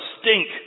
stink